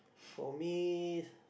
for me